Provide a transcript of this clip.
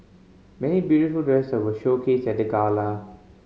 many beautiful dresses were showcased at the gala